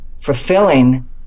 fulfilling